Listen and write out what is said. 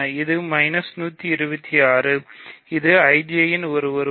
இது 126 இது I J இன் ஒரு உறுப்பு